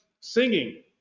singing